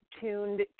tuned